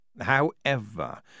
However